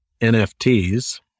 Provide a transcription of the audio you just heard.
nfts